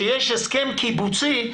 שיש הסכם קיבוצי,